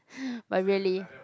but really